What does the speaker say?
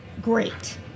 great